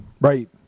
right